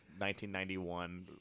1991